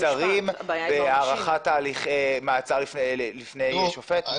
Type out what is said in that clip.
מעצרים בהערכת תהליכים לפני שופט?